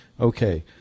Okay